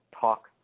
talk